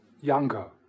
Younger